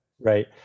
Right